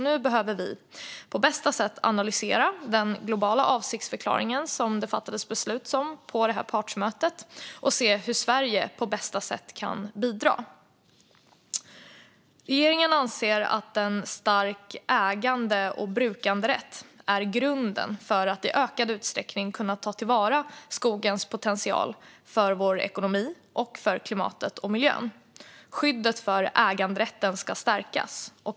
Nu behöver vi på bästa sätt analysera den globala avsiktsförklaringen som det fattades beslut om på partsmötet och se hur Sverige på bästa sätt kan bidra. Regeringen anser att en stark ägande och brukanderätt är grunden för att i ökad utsträckning kunna ta till vara skogens potential för ekonomi, klimat och miljö. Skyddet för äganderätten ska stärkas.